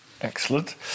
Excellent